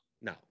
no